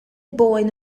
boen